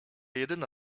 jedyna